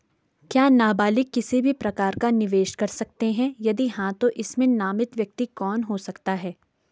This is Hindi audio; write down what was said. क्या नबालिग किसी भी प्रकार का निवेश कर सकते हैं यदि हाँ तो इसमें नामित व्यक्ति कौन हो सकता हैं?